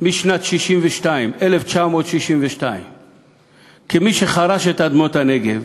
משנת 1962, כמי שחרש את אדמות הנגב